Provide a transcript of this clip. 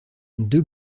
deux